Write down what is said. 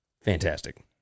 Fantastic